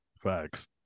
Facts